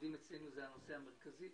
העובדים אצלנו זה הנושא המרכזי.